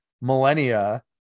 millennia